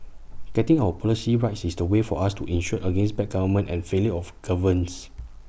getting our politics right is the way for us to insure against bad government and failure of governance